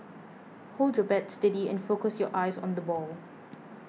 hold your bat steady and focus your eyes on the ball